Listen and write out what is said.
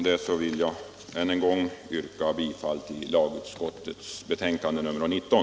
Därmed vill jag än en gång yrka bifall till hemställan i lagutskottets betänkande nr 19.